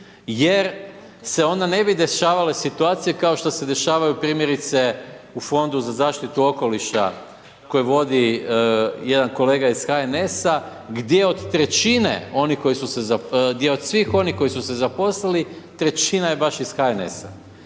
jer se onda ne bi dešavale situacije kao što se dešavaju primjerice u Fondu za zaštitu okoliša koje vodi jedan kolega iz HNS-a gdje od svih onih koji su se zaposlili, 1/3 je baš iz HNS-a.